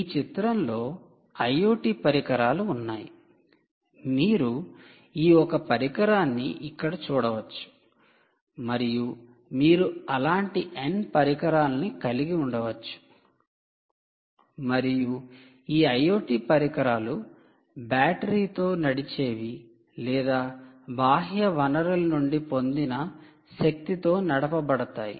ఈ చిత్రంలో IoT పరికరాలు ఉన్నాయి మీరు ఈ ఒక పరికరాన్ని ఇక్కడ చూడవచ్చు మరియు మీరు అలాంటి n పరికరాలను కలిగి ఉండవచ్చు మరియు ఈ IoT పరికరాలు బ్యాటరీతో నడిచేవి లేదా బాహ్య వనరుల నుండి పొందిన శక్తితో నడపబడతాయి